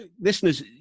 Listeners